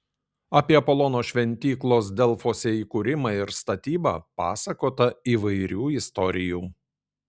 apie apolono šventyklos delfuose įkūrimą ir statybą pasakota įvairių istorijų